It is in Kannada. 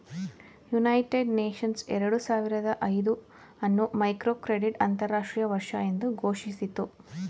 ಯುನೈಟೆಡ್ ನೇಷನ್ಸ್ ಎರಡು ಸಾವಿರದ ಐದು ಅನ್ನು ಮೈಕ್ರೋಕ್ರೆಡಿಟ್ ಅಂತರಾಷ್ಟ್ರೀಯ ವರ್ಷ ಎಂದು ಘೋಷಿಸಿತು